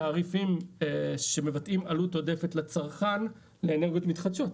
תעריפים שמבטאים עלות עודפת לצרכן לאנרגיות מתחדשות.